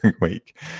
week